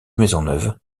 maisonneuve